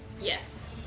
Yes